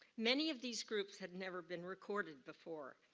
many of these groups had never been recorded before.